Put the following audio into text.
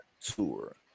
tour